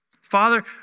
Father